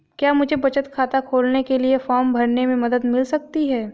क्या मुझे बचत खाता खोलने के लिए फॉर्म भरने में मदद मिल सकती है?